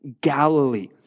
Galilee